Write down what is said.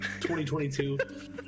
2022